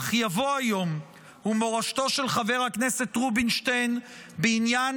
אך יבוא היום ומורשתו של חבר הכנסת רובינשטיין בעניין